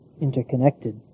interconnected